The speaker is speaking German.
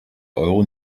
euro